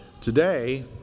today